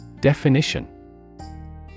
Definition